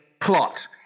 plot